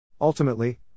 Ultimately